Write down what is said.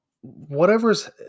whatever's